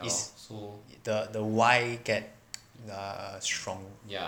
is so the the why gap err strong